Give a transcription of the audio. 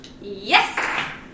Yes